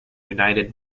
united